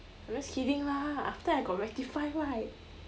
I'm just kidding lah after I got rectify right